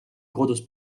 kodus